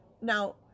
Now